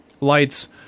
lights